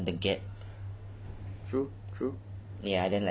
true true